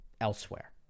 elsewhere